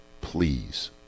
please